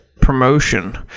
promotion